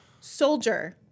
Soldier